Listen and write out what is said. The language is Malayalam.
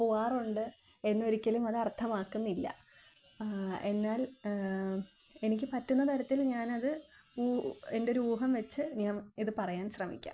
പോവാറുണ്ട് എന്നൊരിക്കലും അത് അർത്ഥമാക്കുന്നില്ല എന്നാൽ എനിക്ക് പറ്റുന്ന തരത്തിൽ ഞാനത് എൻറ്റൊരു ഊഹം വെച്ച് ഞാൻ ഇത് പറയാൻ ശ്രമിക്കാം